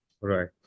Right